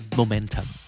momentum